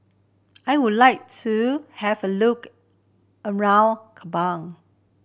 I would like to have a look around Kabul